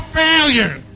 failure